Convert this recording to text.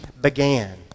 began